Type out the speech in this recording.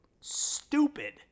stupid